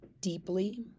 deeply